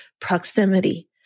proximity